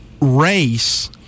race